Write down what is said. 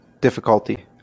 difficulty